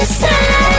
say